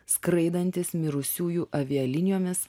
skraidantys mirusiųjų avialinijomis